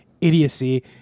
idiocy